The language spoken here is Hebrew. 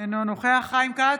אינו נוכח חיים כץ,